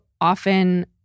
often